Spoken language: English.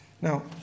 Now